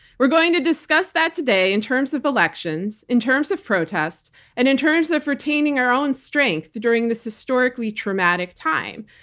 we're going to discuss that today in terms of elections, in terms of protests and in terms of retaining our own strength during this historically traumatic time,